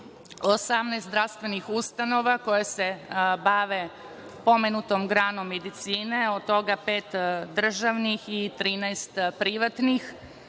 18 zdravstvenih ustanova koje se bave pomenutom granom medicine, od toga pet državnih i 13 privatnih. Što